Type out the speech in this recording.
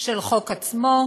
של החוק עצמו,